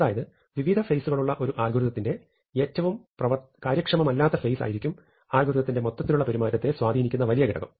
അതായത് വിവിധ ഫേസുകളുള്ള ഒരു അൽഗോരിതത്തിന്റെ ഏറ്റവും കാര്യക്ഷമമല്ലാത്ത ഫേസ് ആയിരിക്കും ആ അൽഗോരിതത്തിന്റെ മൊത്തത്തിലുള്ള പെരുമാറ്റത്തെ സ്വാധീനിക്കുന്ന വലിയ ഘടകം